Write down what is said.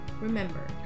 Remember